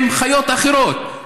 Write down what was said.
עם חיות אחרות,